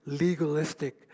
legalistic